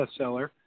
bestseller